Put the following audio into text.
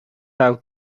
out